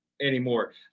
anymore